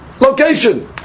location